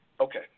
okay